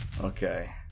Okay